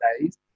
days